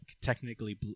technically